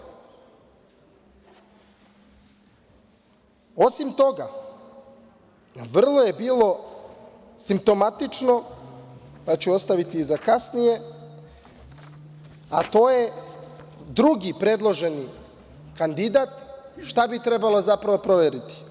Osim toga, vrlo je bilo simptomatično, to ću ostaviti za kasnije, a to je drugi predloženi kandidat, šta bi trebalo zapravo proveriti?